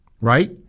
Right